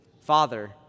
Father